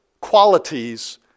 qualities